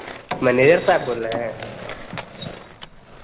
manager साहब बोल रहे हैं